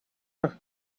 for